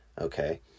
okay